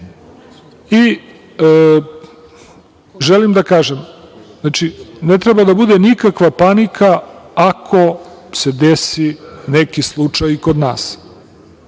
kažem, znači, ne treba da bude nikakva panika ako se desi neki slučaj i kod nas.